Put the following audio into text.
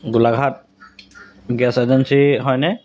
গোলাঘাট গেছ এজেঞ্চি হয়নে